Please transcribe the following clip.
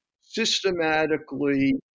systematically